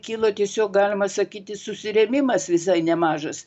kilo tiesiog galima sakyti susirėmimas visai nemažas